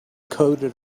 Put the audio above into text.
coated